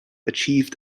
achieved